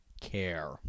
care